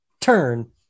turn